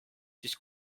siis